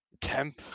temp